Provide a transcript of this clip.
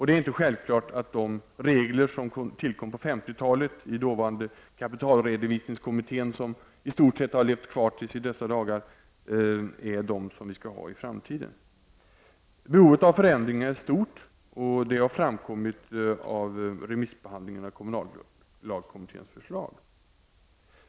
Det är inte självklart att de regler som tillkom på 50-talet i dåvarande kapitalredovisningskommittén och som i stort sett har levt kvar till dessa dagar är de som vi skall ha i framtiden. Behovet av förändring är stort, och det har framkommit vid remissbehandlingen av kommunallagskommitténs förslag.